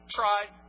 tried